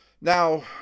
Now